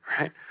right